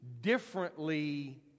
differently